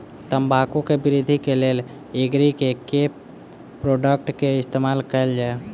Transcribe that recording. तम्बाकू केँ वृद्धि केँ लेल एग्री केँ के प्रोडक्ट केँ इस्तेमाल कैल जाय?